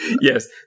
Yes